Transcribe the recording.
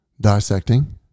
Dissecting